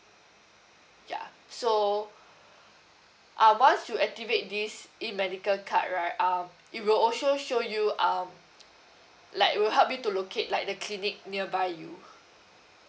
ya so ah once you activate this E medical card right um it will also show you um like it will help you to locate like the clinic nearby you